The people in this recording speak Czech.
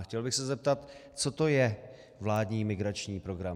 Chtěl bych se zeptat, co to je vládní migrační program.